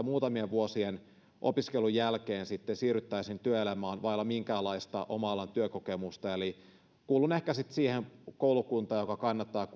muutamien vuosien opiskelun jälkeen siirryttäisiin työelämään vailla minkäänlaista oman alan työkokemusta eli kuulun ehkä sitten siihen koulukuntaan joka kannattaa